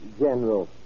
general